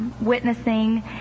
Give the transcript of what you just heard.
witnessing